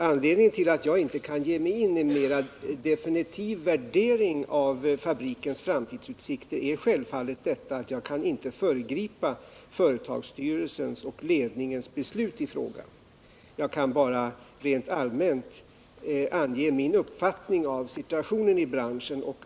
Anledningen till att jag inte kan ge mig in på att göra en mer definitiv värdering av fabrikens framtidsutsikter är självfallet att jag inte kan föregripa företagsstyrelsens och ledningens beslut i frågan. Jag kan bara rent allmänt ange min uppfattning av situationen i branschen.